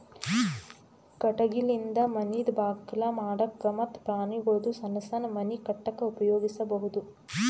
ಕಟಗಿಲಿಂದ ಮನಿದ್ ಬಾಕಲ್ ಮಾಡಕ್ಕ ಮತ್ತ್ ಪ್ರಾಣಿಗೊಳ್ದು ಸಣ್ಣ್ ಸಣ್ಣ್ ಮನಿ ಕಟ್ಟಕ್ಕ್ ಉಪಯೋಗಿಸಬಹುದು